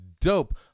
dope